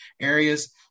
areas